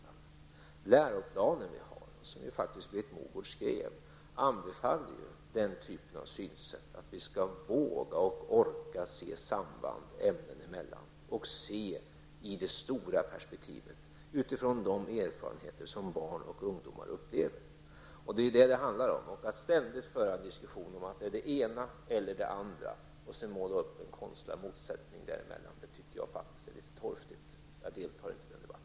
Den läroplan vi har, och som faktiskt Britt Mogård skrev, anbefaller detta synsätt. Vi skall våga och orka se samband ämnen emellan och se till det stora perspektivet utifrån de erfarenheter som barn och ungdomar upplever. Det är detta det handlar om. Att ständigt föra en diskussion om det är fråga om det ena eller det andra och måla upp en konstlad motsättning däremellan tycker jag är litet torftigt. Jag deltar inte i den debatten.